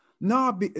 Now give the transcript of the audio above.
No